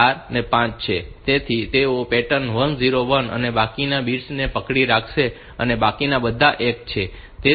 તેથી તેઓ પેટર્ન 101 અને બાકીના બિટ્સ ને પકડી રાખશે અને બાકીના બધા એક છે